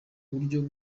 uburyo